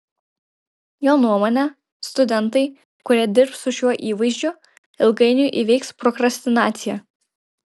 jo nuomone studentai kurie dirbs su šiuo įvaizdžiu ilgainiui įveiks prokrastinaciją